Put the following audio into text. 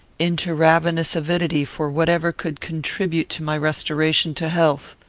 into ravenous avidity for whatever could contribute to my restoration to health.